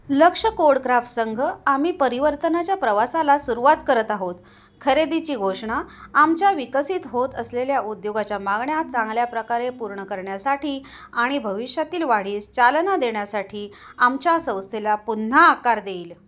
लक्ष कोडग्राफ्ट संघ आम्ही परिवर्तनाच्या प्रवासाला सुरुवात करत आहोत खरेदीची घोषणा आमच्या विकसित होत असलेल्या उद्योगाच्या मागण्या चांगल्या प्रकारे पूर्ण करण्यासाठी आणि भविष्यातील वाढीस चालना देण्यासाठी आमच्या संस्थेला पुन्हा आकार देईल